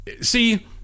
See